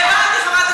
הבנתי.